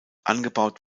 angebaut